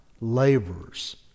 laborers